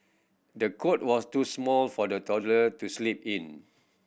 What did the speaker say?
the cot was too small for the toddler to sleep in